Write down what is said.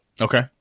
Okay